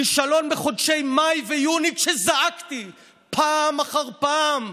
כישלון בחודשים מאי ויוני, כשזעקתי פעם אחר פעם: